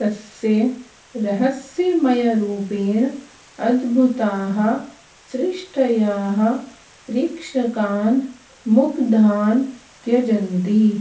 तस्य रहस्यमयरूपेण अद्भुताः सृष्ट्यः प्रेक्षकान् मुग्धान् त्यजन्ति